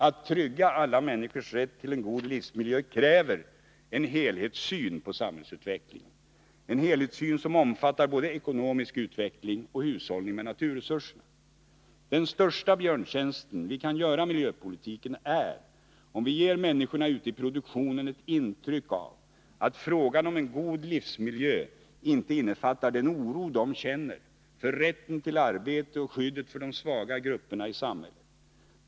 Att trygga alla människors rätt till en god livsmiljö kräver en helhetssyn på samhällsutvecklingen, en helhetssyn som omfattar både ekonomisk utveckling och hushållning med naturresurserna. Den största björntjänsten som vi kan göra i miljöpolitiken är att ge människorna ute i produktionen intryck av att frågan om en god livsmiljö inte innefattar den oro de känner med tanke på rätten till arbete och skyddet för de svaga grupperna i samhället.